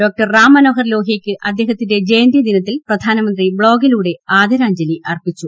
ഡോ റാം മനോഹർ ലോഹൃയ്ക്ക് അദ്ദേഹത്തിന്റെ ജയന്തി ദിനത്തിൽ പ്രധാനമന്ത്രി ബ്ലോഗിലൂടെ ആദരാഞ്ജലി അർപ്പിച്ചു